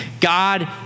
God